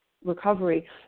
recovery